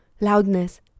loudness